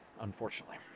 unfortunately